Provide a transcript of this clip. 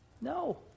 No